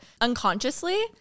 unconsciously